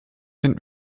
sind